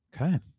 okay